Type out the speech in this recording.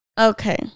Okay